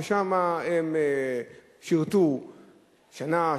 ששם הם שירתו שנה,